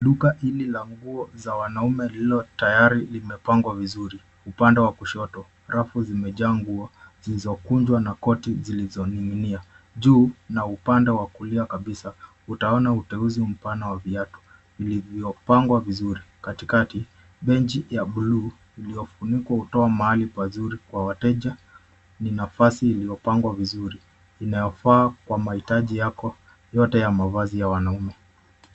Duka hili la nguo za wanaume lililotayari limepangwa vizuri. Upande wa kushoto, rafu zimejaa nguo zilizokunjwa na koti yaliyoning'inia. Juu na upande wa kulia kabisa, utaona uteuzi mpana wa viatu, vilivyopangwa vizuri. Katikati, benchi ya buluu iliyofunikwa, hutoa mahali pazuri kwa wateja; ni nafasi iliyopangwa vizuri. Inayofaa kwa mahitaji yako yote ya mavazi ya wanaume.